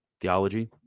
theology